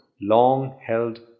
long-held